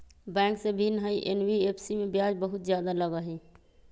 Bank से भिन्न हई एन.बी.एफ.सी इमे ब्याज बहुत ज्यादा लगहई?